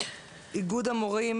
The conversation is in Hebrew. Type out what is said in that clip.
איגוד המורים